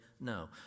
no